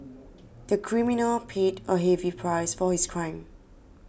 the criminal paid a heavy price for his crime